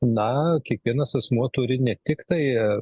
na kiekvienas asmuo turi ne tik tai